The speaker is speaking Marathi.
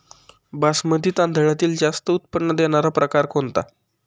बासमती तांदळातील जास्त उत्पन्न देणारा प्रकार कोणता?